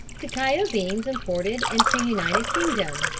cacao beans imported into united kingdom.